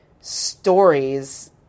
stories